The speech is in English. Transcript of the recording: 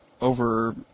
over